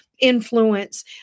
Influence